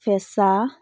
ফেঁচা